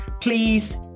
please